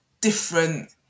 different